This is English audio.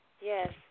yes